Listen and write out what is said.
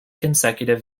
consecutive